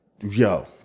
Yo